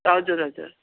हजुर हजुर